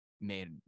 made